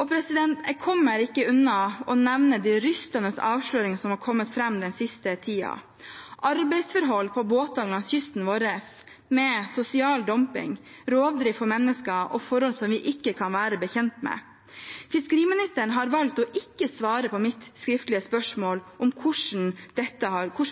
året rundt. Jeg kommer ikke unna å nevne de rystende avsløringene som den siste tiden har kommet fram om arbeidsforhold på båter langs kysten vår, med sosial dumping, rovdrift på mennesker og forhold som vi ikke kan være bekjent av. Fiskeriministeren har valgt å ikke svare på mitt skriftlige spørsmål om hvilken